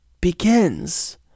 begins